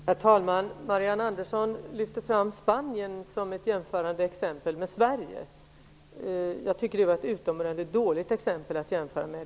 Herr talman! Marianne Andersson lyfter fram Spanien som ett med Sverige jämförbart exempel. Jag tycker att det är ett utomordentligt dåligt jämförande exempel.